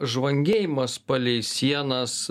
žvangėjimas palei sienas